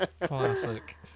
Classic